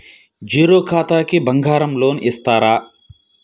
Zero ఖాతాకి బంగారం loan ఇస్తారా?